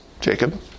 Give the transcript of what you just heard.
Jacob